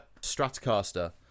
Stratocaster